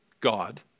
God